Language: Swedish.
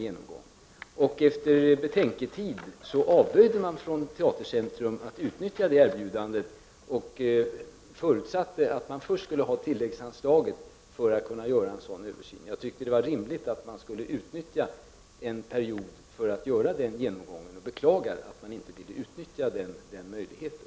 Efter betänketid avböjde man från Teatercentrums sida att utnyttja det erbjudandet och förutsatte att man för att kunna göra en sådan översyn skulle ha det begärda tilläggsanslaget. Jag tyckte att det var rimligt att man utnyttjade den angivna perioden för att göra en sådan genomgång och beklagar att man inte ville begagna sig av den möjligheten.